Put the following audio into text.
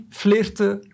flirten